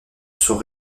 sont